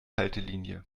haltelinie